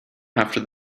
after